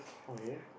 okay